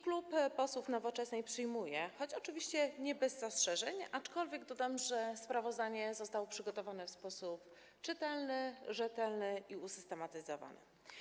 Klub posłów Nowoczesnej przyjmuje je, choć oczywiście nie bez zastrzeżeń, aczkolwiek dodam, że sprawozdania zostały przygotowane w sposób czytelny, rzetelny i usystematyzowany.